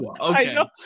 Okay